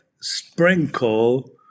sprinkle